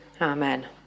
Amen